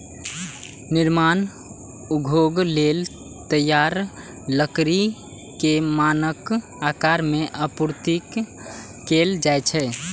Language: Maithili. निर्माण उद्योग लेल तैयार लकड़ी कें मानक आकार मे आपूर्ति कैल जाइ छै